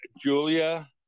Julia